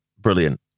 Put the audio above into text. brilliant